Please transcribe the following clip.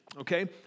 Okay